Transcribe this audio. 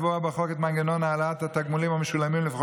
לקבוע בחוק את מנגנון העלאת התגמולים המשולמים לפי